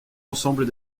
ensembles